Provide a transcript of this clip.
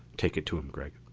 take it to him, gregg.